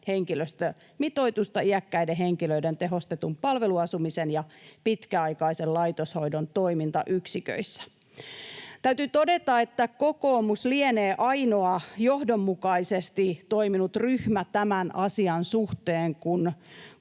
henkilöstömitoitusta iäkkäiden henkilöiden, tehostetun palveluasumisen ja pitkäaikaisen laitoshoidon toimintayksiköissä. Täytyy todeta, että kokoomus lienee ainoa johdonmukaisesti toiminut ryhmä tämän asian suhteen,